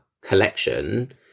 collection